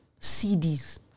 CDs